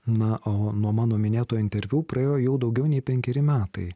na o nuo mano minėto interviu praėjo jau daugiau nei penkeri metai